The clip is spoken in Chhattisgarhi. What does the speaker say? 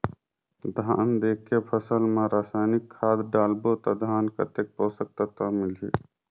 धान देंके फसल मा रसायनिक खाद डालबो ता धान कतेक पोषक तत्व मिलही?